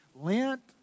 Lent